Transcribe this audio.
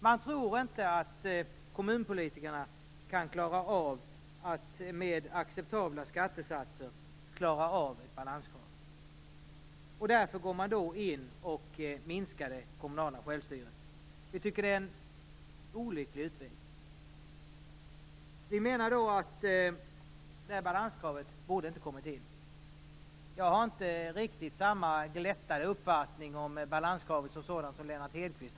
Man tror inte att kommunpolitikerna kan klara av att med acceptabla skattesatser klara balanskravet. Därför går man in och minskar det kommunala självstyret. Vi tycker att det är en olycklig utveckling. Vi menar att balanskravet inte borde införas. Jag har inte riktigt samma glättade uppfattning om balanskravet som sådant som Lennart Hedquist.